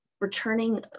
returning